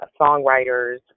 songwriters